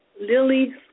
Lily